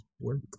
work